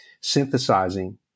synthesizing